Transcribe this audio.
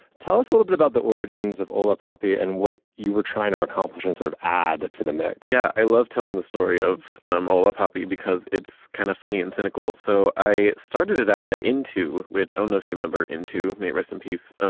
tell us a little bit about the origins of all the poppy and what you were trying to accomplish and sort of add to the mix. yeah i love telling the story of um all up happy because it's kind of funny and cynical. so i started it out at into which only a few member into me. rest in peace.